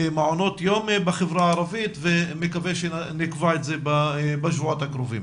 מעונות יום בחברה הערבית - ואני מקווה שנקבע דיון בשבועות הקרובים.